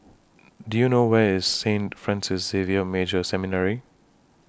Do YOU know Where IS Saint Francis Xavier Major Seminary